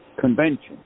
convention